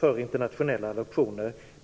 för internationella adoptioner.